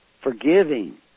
forgiving